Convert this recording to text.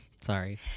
Sorry